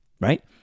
right